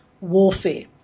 warfare